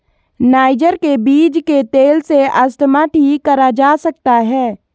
niger के बीज के तेल से अस्थमा ठीक करा जा सकता है